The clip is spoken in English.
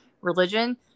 religion